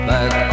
Back